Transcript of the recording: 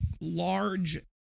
large